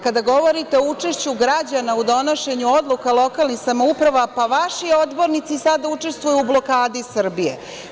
Kada govorite o učešću građana u donošenju odluka lokalnih samouprava, vaši odbornici sada učestvuju u blokadi Srbije.